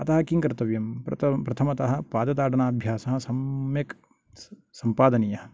अतः किं कर्तव्यं प्रथम् प्रथमतः पादताडनाभ्यासः सम्यक् सम्पादनीयः